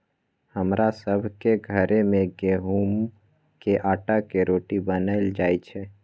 हमरा सभ के घर में गेहूम के अटा के रोटि बनाएल जाय छै